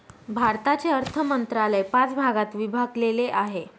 भारताचे अर्थ मंत्रालय पाच भागात विभागलेले आहे